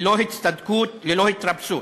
ללא הצטדקות או התרפסות.